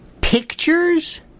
pictures